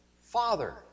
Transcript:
Father